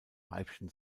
weibchen